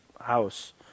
house